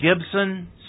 Gibson